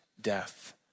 death